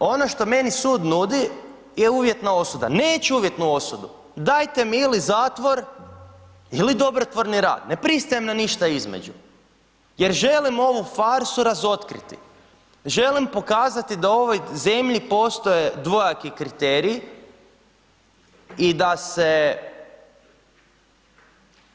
Ono što meni sud nudi je uvjetna osuda, neću uvjetnu osudu, dajte mi ili zatvor ili dobrotvorni rad, ne pristajem na ništa između jer želim ovu farsu razotkriti, želim pokazati da u ovoj zemlji postoje dvojaki kriteriji i da se